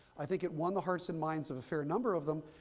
i think it won the hearts and minds of a fair number of them.